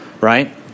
right